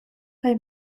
kaj